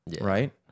right